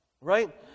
Right